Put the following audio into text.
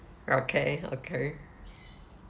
okay okay